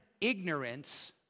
ignorance